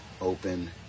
open